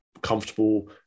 comfortable